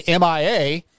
MIA